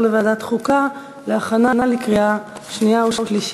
לוועדת החוקה להכנה לקריאה שנייה ושלישית.